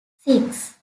six